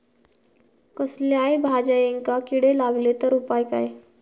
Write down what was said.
कसल्याय भाजायेंका किडे लागले तर उपाय काय?